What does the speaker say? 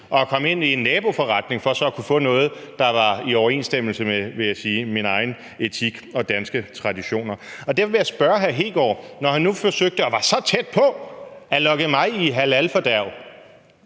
og kom ind i en naboforretning for så at kunne få noget, der var i overensstemmelse med, vil jeg sige, min egen etik og danske traditioner. Derfor vil jeg spørge hr. Kristian Hegaard, når han nu forsøgte og var så tæt på at lokke mig i halalfordærv: